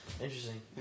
Interesting